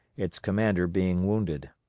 its commander being wounded.